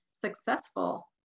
successful